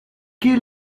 che